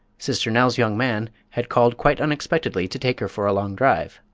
sister nell's young man had called quite unexpectedly to take her for a long drive.